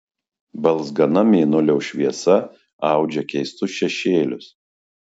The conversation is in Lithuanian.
balzgana mėnulio šviesa audžia keistus šešėlius